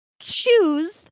Choose